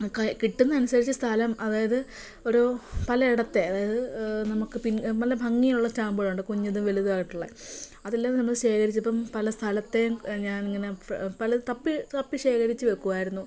ക് കിട്ടുന്ന അനുസരിച്ച് സ്ഥലം അതായത് ഒരു പല ഇടത്തെ അതായത് നമുക്ക് പിൻ നല്ല ഭംഗിയുള്ള സ്റ്റാമ്പുകളുണ്ട് കുഞ്ഞിതും വലുതുവായിട്ടുള്ള അതെല്ലാം നമ്മള് ശേഖരിച്ചപ്പം പല സ്ഥലത്തേയും ഞാൻ ഇങ്ങനെ പല തപ്പി തപ്പി ശേഖരിച്ച് വെക്കുവായിരുന്നു